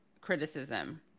criticism